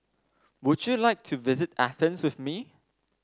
would you like to visit Athens with me